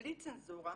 בלי צנזורה,